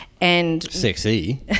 sexy